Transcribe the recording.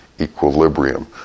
equilibrium